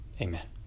Amen